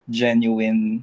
genuine